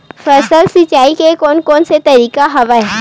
फसल सिंचाई के कोन कोन से तरीका हवय?